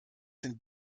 sind